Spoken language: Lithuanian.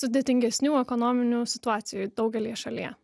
sudėtingesnių ekonominių situacijų daugelyje šalyje